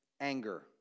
anger